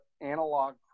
analog